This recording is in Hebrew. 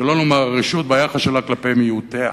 שלא לומר רשעות, ביחס שלה כלפי מיעוטיה.